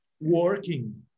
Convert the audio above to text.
working